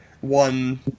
one